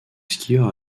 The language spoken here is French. skieur